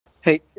Hey